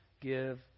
give